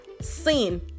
sin